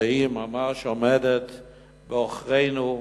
שהיא ממש עומדת בעוכרינו בצורה,